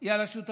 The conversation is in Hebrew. היא על השותפים